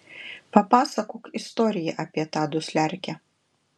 papasakok istoriją apie tą dusliarkę